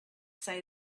say